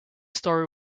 story